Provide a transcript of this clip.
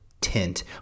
tint